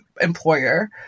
employer